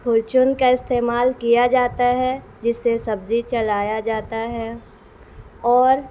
کلچن کا استعمال کیا جاتا ہے جس سے سبزی چلایا جاتا ہے اور